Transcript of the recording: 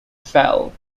fell